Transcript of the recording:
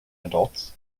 adults